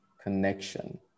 connection